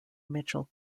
mitchell